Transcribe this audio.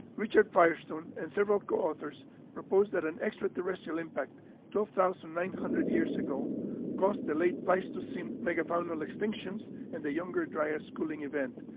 richard firestone and several coauthors proposed that an extraterrestrial impact twelve thousand nine hundred years ago caused the late pleistocene megafaunal extinctions and the younger dryas cooling event,